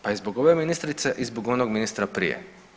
Pa i zbog ove ministrice i zbog onog ministra prije.